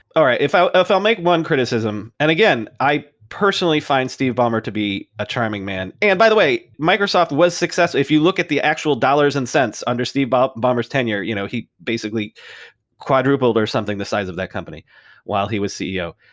all right, if i'll if i'll make one criticism and again, i personally find steve ballmer to be a charming man. and by the way, microsoft was success. if you look at the actual dollars and cents under steve but ballmer s tenure, you know he basically quadrupled or something the size of that company while he was ceo.